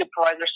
Supervisor